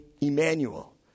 Emmanuel